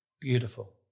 Beautiful